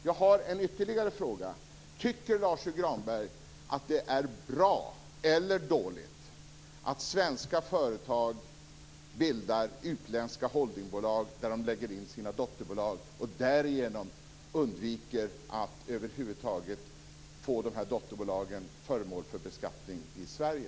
Jag har en ytterligare fråga: Tycker Lars U Granberg att det är bra eller dåligt att svenska företag bildar utländska holdingbolag och för dit sina dotterbolag, varigenom de undviker att över huvud taget få de här dotterbolagen till föremål för beskattning i Sverige?